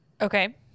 Okay